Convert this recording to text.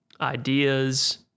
ideas